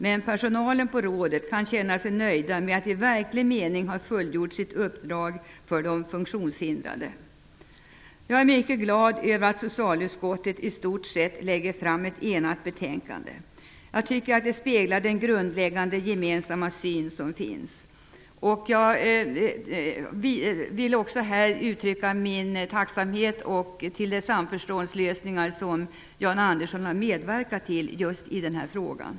Men personalen kan känna sig nöjd med att i verklig mening ha fullgjort sitt uppdrag för de funktionshindrade. Jag är mycket glad över att det är ett i stort sett enigt socialutskott som lägger fram detta betänkande. Jag tycker att det speglar den grundläggande gemensamma syn som finns. Jag vill också här uttrycka min tacksamhet för de samförståndslösningar som Jan Andersson har medverkat till i just den här frågan.